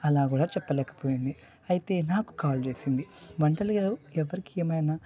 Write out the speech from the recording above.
అలా కూడా చెప్పలేకపోయింది అయితే నాకు కాల్ చేసింది వంటలు ఎవరికి ఏమైనా బాధనిపించిన